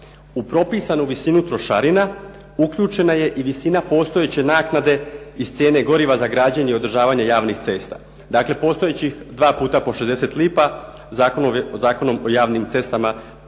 U propisanu visinu trošarina uključena je i visina postojeće naknade iz cijene goriva za građenje i održavanje javnih cesta. Dakle, postojećih 2 puta po 60 lipa Zakonom o javnim cestama